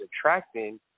attracting